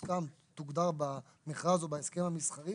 שתוסכם תוגדר במכרז או בהסכם המסחרי,